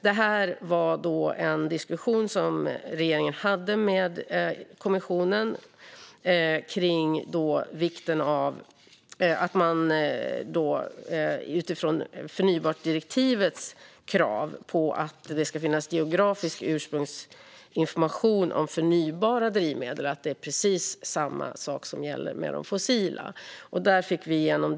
Regeringen hade en diskussion med kommissionen om vikten av att förnybartdirektivets krav på att det ska finnas geografisk ursprungsinformation om förnybara drivmedel också ska gälla de fossila drivmedlen, och det fick vi igenom.